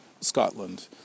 Scotland